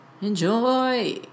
Enjoy